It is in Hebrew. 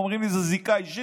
אומרים לי: זו זיקה אישית,